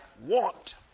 want